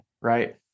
right